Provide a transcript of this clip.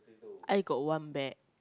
I got one bag